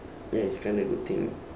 ya it's kinda good thing